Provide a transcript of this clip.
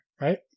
right